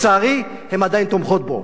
לצערי, הן עדיין תומכות בו.